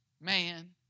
man